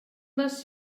les